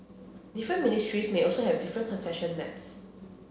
different ministries may also have different concession maps